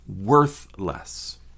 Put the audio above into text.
Worthless